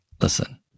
Listen